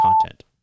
content